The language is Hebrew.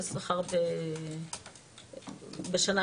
בשנת